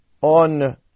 on